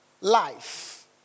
life